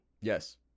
Yes